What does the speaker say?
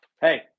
Hey